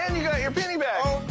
and you got your penny back.